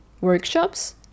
workshops